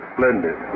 Splendid